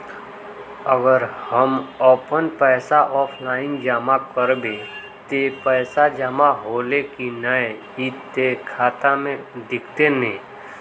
अगर हम अपन पैसा ऑफलाइन जमा करबे ते पैसा जमा होले की नय इ ते खाता में दिखते ने?